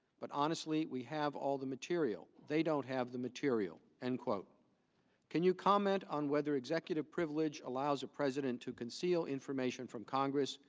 but honestly, we have all the material, they don't have the material. and can can you comment on whether executive privilege allows a present to conceal information from congress,